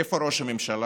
איפה ראש הממשלה?